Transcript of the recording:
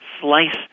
slice